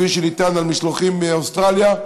כפי שנטען על משלוחים מאוסטרליה,